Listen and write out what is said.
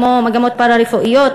כמו מגמות פארה-רפואיות,